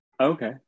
Okay